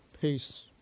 Peace